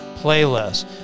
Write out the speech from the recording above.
playlist